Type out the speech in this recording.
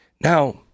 Now